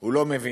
הוא לא מבין.